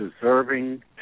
deserving